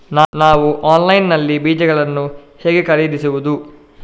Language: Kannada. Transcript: ನಾವು ಆನ್ಲೈನ್ ನಲ್ಲಿ ಬೀಜಗಳನ್ನು ಹೇಗೆ ಖರೀದಿಸುವುದು?